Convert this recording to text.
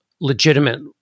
legitimate